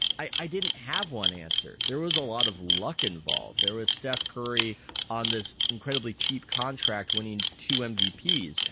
i i didn't have one answer. there was a lot of luck involved. there was steph curry on this incredibly cheap contract winning two mvp is.